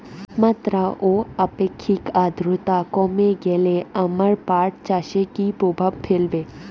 তাপমাত্রা ও আপেক্ষিক আদ্রর্তা কমে গেলে আমার পাট চাষে কী প্রভাব ফেলবে?